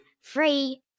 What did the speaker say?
Free